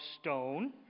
stone